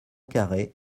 carré